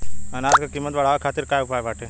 अनाज क कीमत बढ़ावे खातिर का उपाय बाटे?